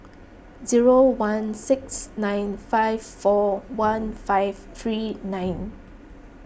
zero one six nine five four one five three nine